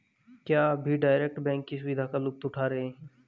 क्या आप भी डायरेक्ट बैंक की सुविधा का लुफ्त उठा रहे हैं?